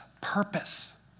purpose